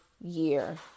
year